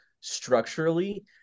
structurally